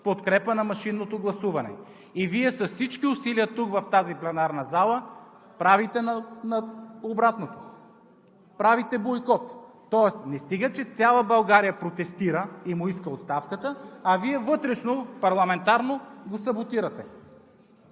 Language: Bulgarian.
подкрепа на машинното гласуване. И Вие с всички усилия тук, в тази пленарна зала правите обратното – правите бойкот. Тоест, не стига, че цяла България протестира и му иска оставката, а Вие вътрешно, парламентарно го саботирате.